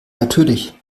natürlich